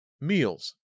Meals